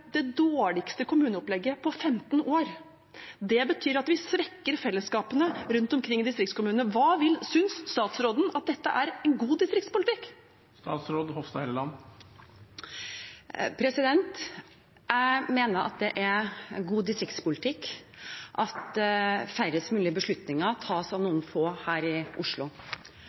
det dårligste kommuneopplegget på 15 år. Det betyr at vi svekker fellesskapene rundt omkring i distriktskommunene. Synes statsråden at dette er god distriktspolitikk? Jeg mener det er god distriktspolitikk at færrest mulige beslutninger tas av noen få her i Oslo.